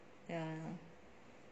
ya